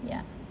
yeah